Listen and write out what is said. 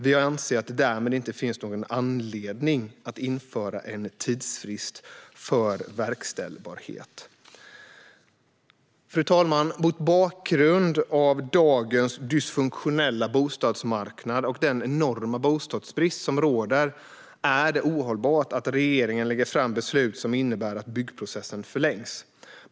Vi anser att det därmed inte finns någon anledning att införa en tidsfrist för verkställbarhet. Fru talman! Mot bakgrund av dagens dysfunktionella bostadsmarknad och den enorma bostadsbrist som råder är det ohållbart att regeringen lägger fram beslut som innebär att byggprocessen förlängs.